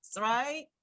right